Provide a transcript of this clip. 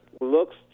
looks